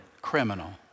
criminal